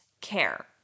care